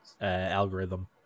algorithm